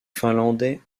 finlandais